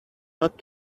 not